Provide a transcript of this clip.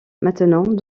maintenant